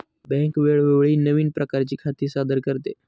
bank वेळोवेळी नवीन प्रकारची खाती सादर करते